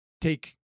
take